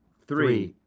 three,